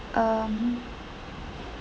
um